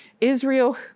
Israel